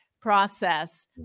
process